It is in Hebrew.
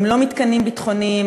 הם לא מתקנים ביטחוניים,